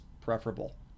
preferable